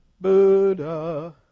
Buddha